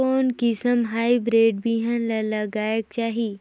कोन किसम हाईब्रिड बिहान ला लगायेक चाही?